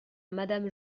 madame